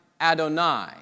Adonai